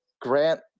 grant